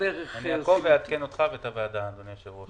אעקוב ואעדן אותך ואת הוועדה, אדוני היושב-ראש.